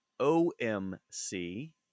OMC